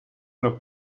nach